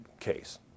case